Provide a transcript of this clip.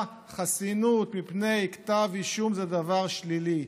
חסינות מפני כתב אישום זה דבר שלילי.